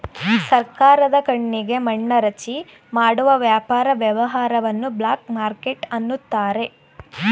ಸರ್ಕಾರದ ಕಣ್ಣಿಗೆ ಮಣ್ಣೆರಚಿ ಮಾಡುವ ವ್ಯಾಪಾರ ವ್ಯವಹಾರವನ್ನು ಬ್ಲಾಕ್ ಮಾರ್ಕೆಟ್ ಅನ್ನುತಾರೆ